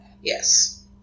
Yes